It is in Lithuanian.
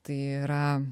tai yra